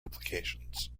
applications